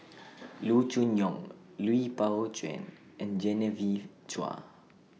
Loo Choon Yong Lui Pao Chuen and Genevieve Chua